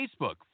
Facebook